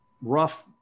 rough